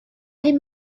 him